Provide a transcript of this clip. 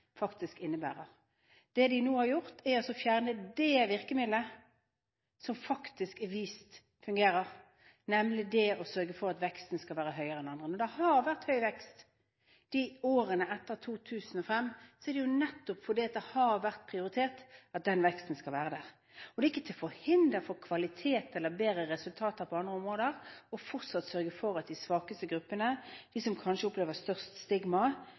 Det de nå har gjort, er å fjerne det virkemidlet som faktisk er vist fungerer, nemlig å sørge for at veksten her skal være høyere enn på andre områder. Men det at det har vært høy vekst i årene etter 2005, er jo nettopp fordi det har vært prioritert at den veksten skal være der. Det er ikke til hinder for kvalitet eller bedre resultater på andre områder fortsatt å sørge for at de svakeste gruppene, de som kanskje opplever størst stigma